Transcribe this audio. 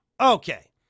Okay